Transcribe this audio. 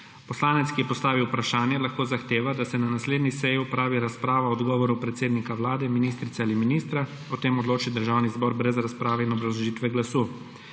Poslanec, ki je postavil vprašanje, lahko zahteva, da se na naslednji seji opravi razprava o odgovoru predsednika Vlade, ministrice ali ministra. O tem odloči Državni zbor brez razprave in obrazložitve glasu.